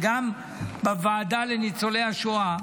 גם בוועדה לניצולי השואה,